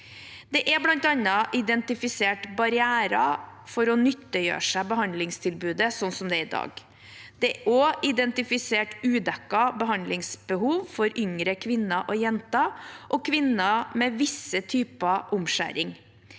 Det er bl.a. identifisert barrierer for å nyttiggjøre seg behandlingstilbudet slik det er i dag. Det er også identifisert udekkede behandlingsbehov for yngre kvinner og jenter og kvinner med visse typer omskjæring.